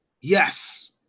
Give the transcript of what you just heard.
yes